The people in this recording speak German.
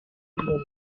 umgebung